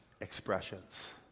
expressions